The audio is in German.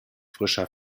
frischer